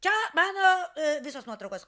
čia mano visos nuotraukos